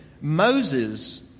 Moses